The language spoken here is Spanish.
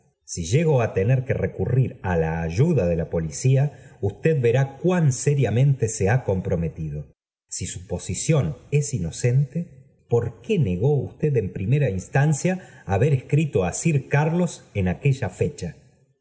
si llego á tener que recurrir á la ayuda de la policía usted vera cuan seriamente se ha comprometido si su posición es inocente por qué negó usted en primera instancia haber escrito á sir carlos en aquella fecha porque